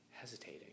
hesitating